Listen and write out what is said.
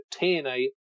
TNA